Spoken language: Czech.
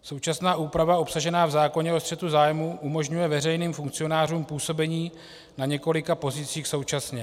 Současná úprava obsažená v zákoně o střetu zájmů umožňuje veřejným funkcionářům působení na několika pozicích současně.